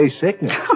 sickness